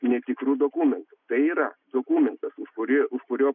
netikru dokumentu tai yra dokumentas už kurį už kurio